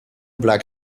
black